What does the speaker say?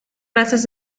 clases